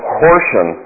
portion